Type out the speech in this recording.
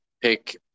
pick